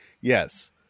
Yes